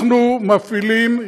אנחנו מפעילים,